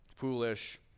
foolish